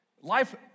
Life